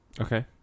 okay